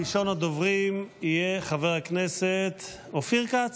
ראשון הדוברים יהיה חבר הכנסת אופיר כץ.